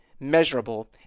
Measurable